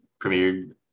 premiered